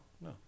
no